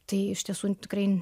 tai iš tiesų tikrai